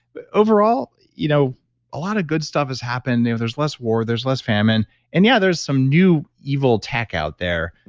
but overall, you know a lot of good stuff has happened. you know there's less war, there's less famine and yeah, there's some new evil tech out there.